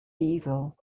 evil